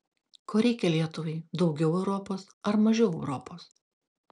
ko reikia lietuvai daugiau europos ar mažiau europos